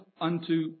unto